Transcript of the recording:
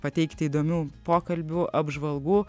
pateikti įdomių pokalbių apžvalgų